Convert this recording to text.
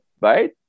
right